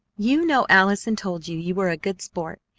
you know allison told you you were a good sport.